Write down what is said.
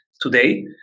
Today